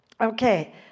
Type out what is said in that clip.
okay